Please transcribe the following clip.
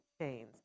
Chains